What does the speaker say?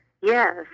Yes